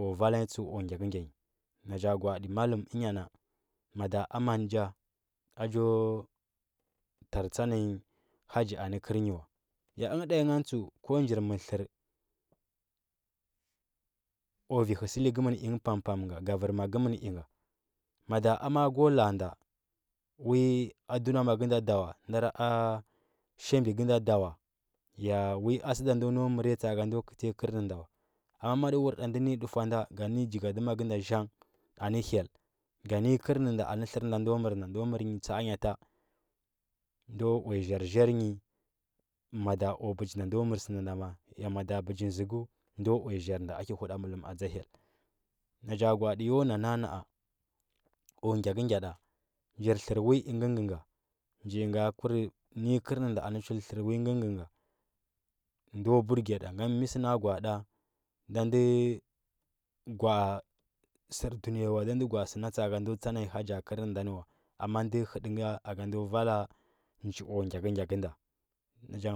O vala nyi tsɚu o gyakɚgya nyi naja gwaaɗi mallum ɚnya na mada aman nja a jo tar tsana nyi haggi and kɚrɚ nyi wa ya ɚn dai gan tsud ko njir mɚr tlɚr o vi lɚsɚli gɚ mɚn ingɚ pam pam ga goverma gɚmen inga mada aman g la’a nda wi a dunama gɚda dawa ndara a shaɓi gɚda dawa ya sɚ da ndo nau mɚrɚya tsa’aga ndo kɚtɚ kɚrɚnɚ nda wa amna ma dɚ wr ɗa ndɚ nɚ nyi dufɚu nda nga nɚ nyi jigadima gɚda zhang anɚ hyeu ga nɚ nyi kɚr nɚ nda anɚ tlɚr nda ndo mɚr nyi tsa, a nya ta ndo uya zhɚr zhɚr nyi mada o ɓɚgi nda ndo mɚr sɚ nda nda ma, a ya mada bɚgɚn zɚkɚu ndo uya zhɚr nda aki huɗa mallum atsa hyel na ja gula adi ya na na’a na. a o gyakɚgya ɗa njir tlɚr leli ingɚ ngɚ nga nji niga kur nɚ nyi kɚr ɚnɚ nda anɚ chul tlɚr wi ngɚnga ndo burgiya ɗa mɚ sɚ na gwa aɗa da da gwa sɚ na tsa’a ga ndo tsa nanyi haggi kɚr nɚ ndo ni wa amma ndɚ hɚdɚ ga nda vala nji o gyakɚgyakɚ nda